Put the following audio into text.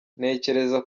ntekereza